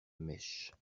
mèche